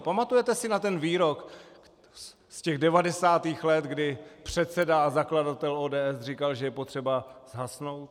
Pamatujete si na ten výrok z těch 90. let, kdy předseda a zakladatel ODS říkal, že je potřeba zhasnout?